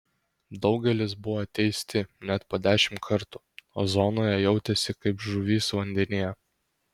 daugelis buvo teisti net po dešimt kartų o zonoje jautėsi kaip žuvys vandenyje